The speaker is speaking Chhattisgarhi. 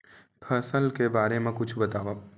फसल के बारे मा कुछु बतावव